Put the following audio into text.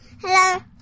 Hello